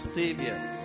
saviors